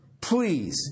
Please